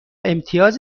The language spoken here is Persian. امتیاز